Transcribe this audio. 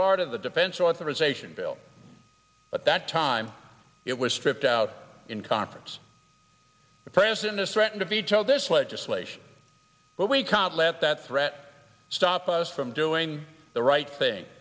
part of the defense authorization bill at that time it was stripped out in conference the president has threaten to veto this legislation but we can't let that threat stop us from doing the right thing